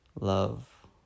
love